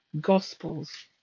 Gospels